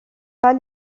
pas